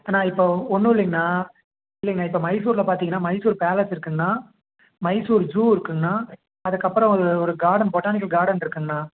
அண்ணா இப்போ ஒன்றும் இல்லைங்கண்ணா இல்லைங்கண்ணா இப்போ மைசூரில் பார்த்தீங்கன்னா மைசூர் பேலஸ் இருக்குங்கண்ணா மைசூர் ஜூ இருக்குங்கண்ணா அதற்கப்பறம் ஒரு ஒரு கார்டன் பொட்டானிக்கல் கார்டன்ருக்குங்கண்ணா